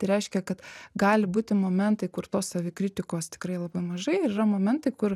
tai reiškia kad gali būti momentai kur tos savikritikos tikrai labai mažai ir yra momentai kur